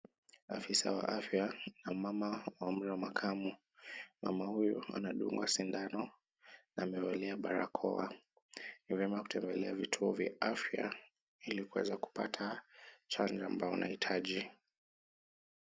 Afisa wa afya, na mama mwenye umri wa makamo, mama huyu anadungwa sindano na amevalia barakoa, ameamua kutembelea vituo vya afya, ili kuweza kupata chanjo ambayo unahitaji.